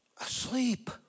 asleep